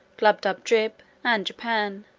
glubbdubdrib, and japan.